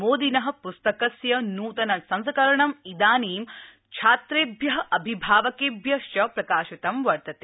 मोदिन पुस्तकस्य नूतन संस्करणं इदानीं छात्रेभ्य अभिभावकेभ्य च प्रकाशितं वर्तते